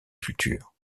culture